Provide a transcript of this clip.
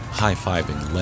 high-fiving